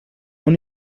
una